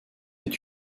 est